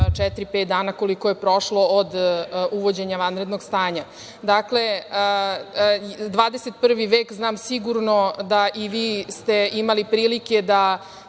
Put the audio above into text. od 44, 45 dana koliko je prošlo od uvođenja vanrednog stanja. Dakle, 21. vek i znam sigurno da ste i vi imali prilike da